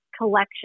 collection